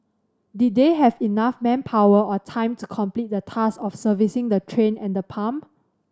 did they have enough manpower or time to complete the task of servicing the train and the pump